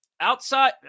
outside